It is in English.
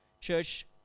Church